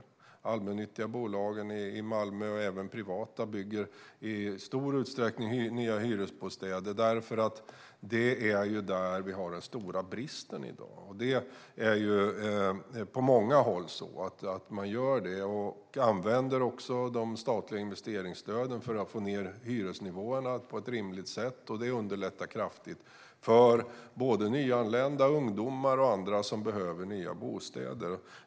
De allmännyttiga bolagen i Malmö och även privata bygger i stor utsträckning nya hyresbostäder, för det är där vi har den stora bristen i dag. Detta gör man på många håll. Man använder också de statliga investeringsstöden för att få ned hyresnivåerna på ett rimligt sätt. Det underlättar kraftigt för nyanlända, ungdomar och andra som behöver nya bostäder.